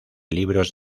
libros